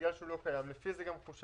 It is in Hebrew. בגלל שהוא לא קיים ולפי זה גם חושב,